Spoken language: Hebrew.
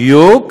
בדיוק